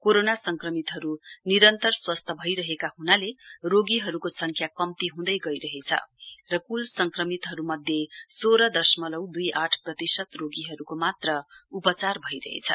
corona संक्रमितहरू निरन्तर स्वस्थ्य भइरहेका हुनाले रोगीहरूको संख्या कम्ती हुँदै गइरहेछ र कुल संक्रमितहरू मध्ये सोह्र दशमलउ दुई आठ प्रतिशत रोगीहरूको मात्र उपचार भइरहेछ